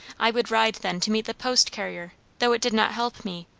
i would ride then to meet the post-carrier, though it did not help me,